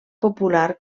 popular